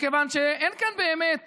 מכיוון שאין כאן באמת